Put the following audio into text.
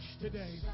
today